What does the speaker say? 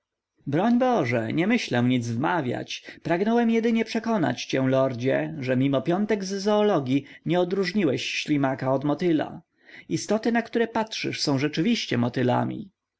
broń boże nie myślę nic wmawiać pragnąłem jedynie przekonać cię lordzie że mimo piątek z zoologii nie odróżniłeś ślimaka od motyla istoty na które patrzysz są rzeczywiście motylami lord